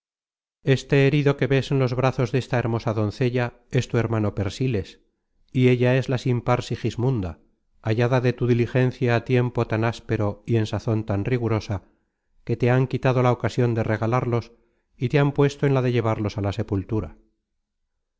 este herido que ves en los brazos desta hermosa doncella es tu hermano persíles y ella es la sin par sigismunda hallada de tu diligencia á tiempo tan áspero y en sazon tan rigurosa que te han quitado la ocasion de regalarlos y te han puesto en la de llevarlos a la sepultura